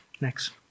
next